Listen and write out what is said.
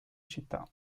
città